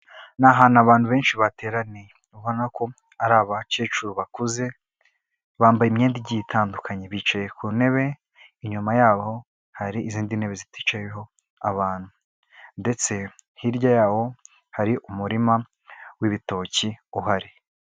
Ni ahantu abantu benshi bateraniye ubona ko ari abakecuru bakuze bambaye imyenda igiye itandukanye bicaye ku ntebe, inyuma yabo hari izindi ntebe ziticayeho abantu ndetse hirya yawo hari umurima w'ibitoki uhari.